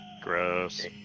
gross